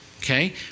Okay